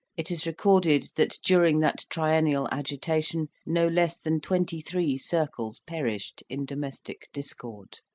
it is recorded that during that triennial agitation no less than twenty-three circles perished in domestic discord.